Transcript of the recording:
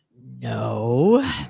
No